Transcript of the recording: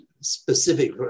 specific